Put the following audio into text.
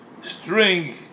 string